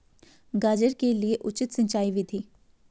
गाजर के लिए उचित सिंचाई विधि?